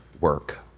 work